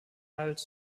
hulled